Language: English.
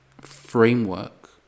framework